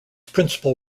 principal